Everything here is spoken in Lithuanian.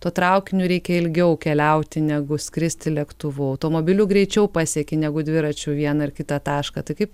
tuo traukiniu reikia ilgiau keliauti negu skristi lėktuvu automobiliu greičiau pasieki negu dviračiu vieną ar kitą tašką tai kaip